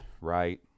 right